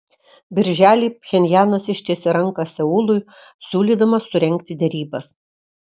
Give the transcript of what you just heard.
birželį pchenjanas ištiesė ranką seului siūlydamas surengti derybas